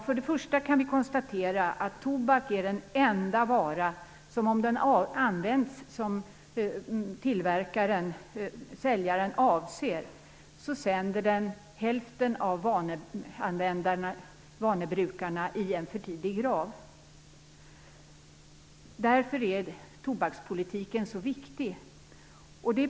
För det första kan vi konstatera att tobak är den enda vara som om den används som tillverkaren och säljaren avser sänder hälften av vanebrukarna i en för tidig grav. Därför är tobakspolitiken så viktig.